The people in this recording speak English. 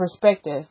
perspective